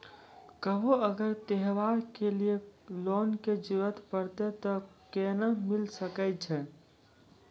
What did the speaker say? कभो अगर त्योहार के लिए लोन के जरूरत परतै तऽ केना मिल सकै छै?